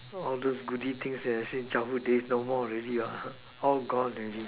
all the goodies thing that I said childhood days no more already all gone already